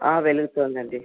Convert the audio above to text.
వెలుగుతోందండి